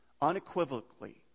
unequivocally